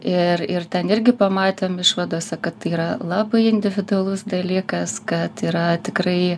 ir ir ten irgi pamatėm išvadose kad tai yra labai individualus dalykas kad yra tikrai